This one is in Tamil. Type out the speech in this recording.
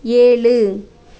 ஏழு